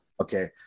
Okay